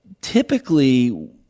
typically